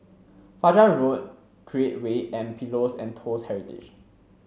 Fajar Road Create Way and Pillows and Toast Heritage